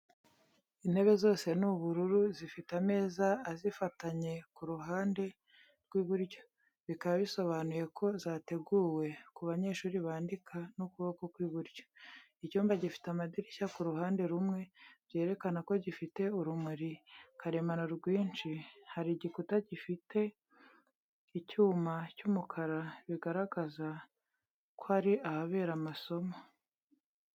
Intebe zose ni ubururu zifite ameza azifatanye ku ruhande rw'iburyo, bikaba bisobanuye ko zateguwe ku banyeshuri bandika n'ukuboko kw’iburyo. Icyumba gifite amadirishya ku ruhande rumwe, byerekana ko gifite urumuri karemano rwinshi, hari igikuta gifite icyuma cy’umukara bigaragaza ko ari ahabera amasomo.